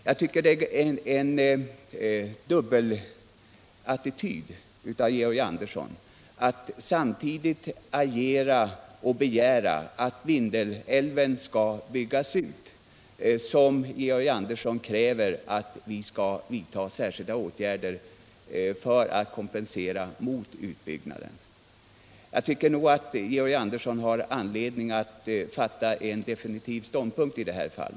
Det är en dubbelattityd av Georg Andersson när han begär att Vindelälven skall byggas ut samtidigt som han kräver att vi skall vidta åtgärder för att ge kompensation för att älven inte byggs ut. Georg Andersson har nog anledning att inta en definitiv ståndpunkt i detta fall.